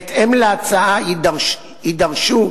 בהתאם להצעה יידרשו